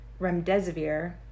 remdesivir